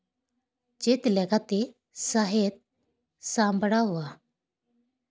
ᱪᱮᱫ ᱞᱮᱠᱟᱛᱮ ᱥᱟᱦᱮᱫ ᱥᱟᱢᱵᱲᱟᱣᱼᱟ